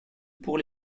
pour